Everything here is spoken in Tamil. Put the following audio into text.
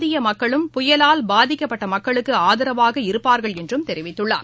இந்தியமக்களும் புயலால் பாதிக்கப்பட்டமக்களுக்குஆதரவாக இருப்பாா்கள் என்றும் தெரிவித்துள்ளார்